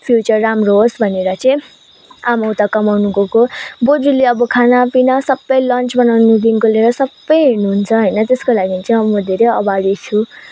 future राम्रो होस् भनेर चाहिँ आमा उता कमाउनु गएको बोजुले अब खानापिना सबै लन्च बनाउनुदेखिको लिएर सबै हेर्नुहुन्छ होइन त्यसको लागि चाहिँ अब म धेरै आभारी छु